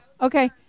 okay